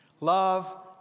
Love